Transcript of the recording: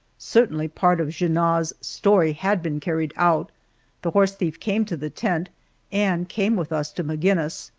certainly part of junot's story had been carried out the horse thief came to the tent and came with us to maginnis,